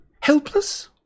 helpless